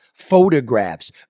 Photographs